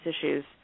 issues